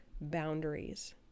boundaries